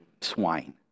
swine